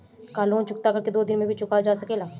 का लोन चुकता कर के एक दो दिन बाद भी चुकावल जा सकेला?